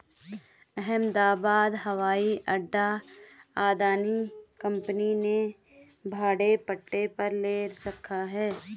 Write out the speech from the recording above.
अहमदाबाद हवाई अड्डा अदानी कंपनी ने भाड़े पट्टे पर ले रखा है